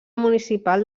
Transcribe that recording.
municipal